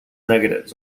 negatives